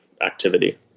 activity